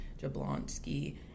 Jablonski